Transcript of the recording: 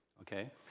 okay